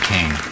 King